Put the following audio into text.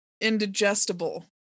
indigestible